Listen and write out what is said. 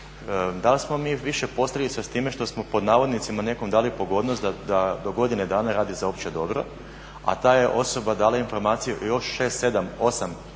da li smo mi više postigli sad s time što smo "nekom dali pogodnost da do godine dana radi za opće dobro" a ta je osoba dala informacije o još šest, sedam, osam